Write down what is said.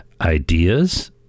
ideas